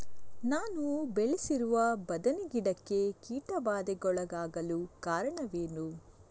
ನಾನು ಬೆಳೆಸಿರುವ ಬದನೆ ಗಿಡಕ್ಕೆ ಕೀಟಬಾಧೆಗೊಳಗಾಗಲು ಕಾರಣವೇನು?